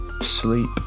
sleep